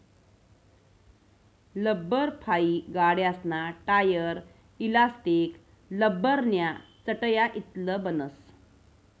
लब्बरफाइ गाड्यासना tyre, elastic, लब्बरन्या चटया इतलं बनस